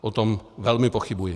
O tom velmi pochybuji.